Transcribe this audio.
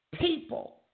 people